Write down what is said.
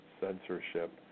censorship